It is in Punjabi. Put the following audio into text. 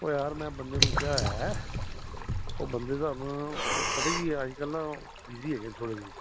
ਓ ਯਾਰ ਮੈਂ ਬੰਦੇ ਨੂੰ ਕਿਹਾ ਐ ਉਹ ਬੰਦੇ ਦਾ ਪਤਾ ਹੀ ਕੀ ਅੱਜ ਕੱਲ ਬਿਜ਼ੀ ਹੈਗੇ ਥੋੜੇ ਜਿਹੇ